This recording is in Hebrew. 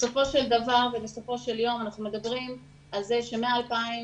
בסופו של דבר אנחנו מדברים על זה שמ-2013,